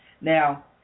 Now